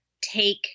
take